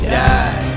die